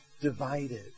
divided